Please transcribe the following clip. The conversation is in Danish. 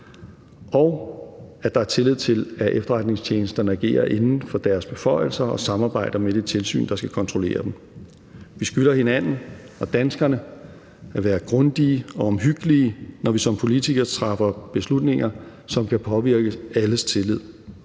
og at der er tillid til, at efterretningstjenesterne agerer inden for deres beføjelser og samarbejder med det tilsyn, der skal kontrollere dem. Vi skylder hinanden og danskerne at være grundige og omhyggelige, når vi som politikere træffer beslutninger, som kan påvirke alles tillid